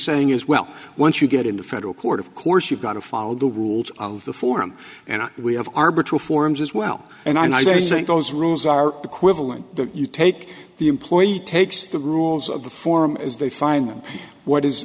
saying is well once you get into federal court of course you've got to follow the rules of the form and we have arbitrary forms as well and i think those rules are equivalent to you take the employee takes the rules of the form as they find them what is